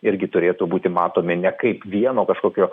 irgi turėtų būti matomi ne kaip vieno kažkokio